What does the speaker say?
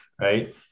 right